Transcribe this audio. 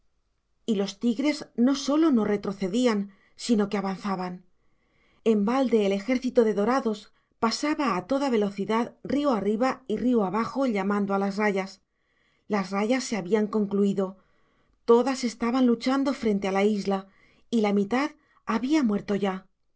y los tigres no sólo no retrocedían sino que avanzaban en balde el ejército de dorados pasaba a toda velocidad río arriba y río abajo llamando a las rayas las rayas se habían concluido todas estaban luchando frente a la isla y la mitad había muerto ya